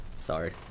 Sorry